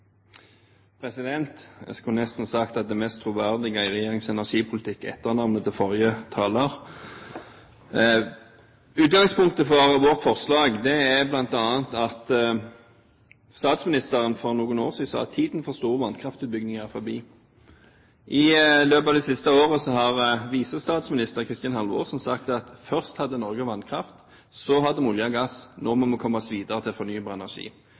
Jeg skulle nesten ha sagt at det mest troverdige i regjeringens energipolitikk er etternavnet til forrige taler. Utgangspunktet for vårt forslag er bl.a. at statsministeren for noen år siden sa at «tiden for store vannkraftutbygginger er forbi». I løpet av det siste året har visestatsminister Kristin Halvorsen sagt at først hadde Norge vannkraft, så hadde vi olje og gass, nå må vi komme oss videre til fornybar energi.